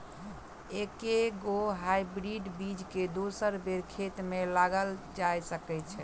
एके गो हाइब्रिड बीज केँ दोसर बेर खेत मे लगैल जा सकय छै?